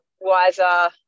wiser